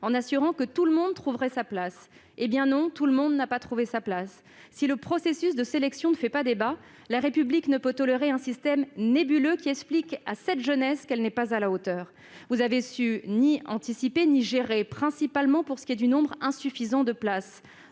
en assurant que « tout le monde trouverait sa place ». Eh bien non, « tout le monde » n'a pas trouvé sa place ! Si le processus de sélection ne fait pas débat, la République ne peut tolérer un système nébuleux qui explique à cette jeunesse qu'elle n'est pas à la hauteur ! Vous n'avez su ni anticiper ni gérer, pour ce qui est du nombre de places